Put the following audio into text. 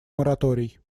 мораторий